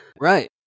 Right